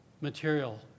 material